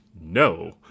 no